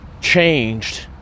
changed